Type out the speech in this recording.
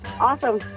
Awesome